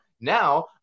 Now